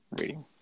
reading